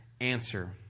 answer